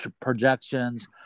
projections